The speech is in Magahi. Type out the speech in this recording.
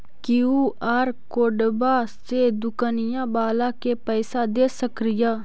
कियु.आर कोडबा से दुकनिया बाला के पैसा दे सक्रिय?